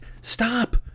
stop